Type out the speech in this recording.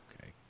okay